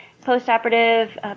post-operative